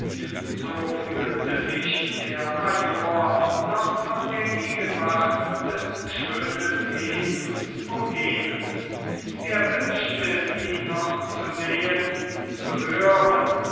so fühlte sich der major noch von der gegenwart des schönen wesens umgeben er wünschte sie noch zu sehen zu hören